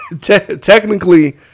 Technically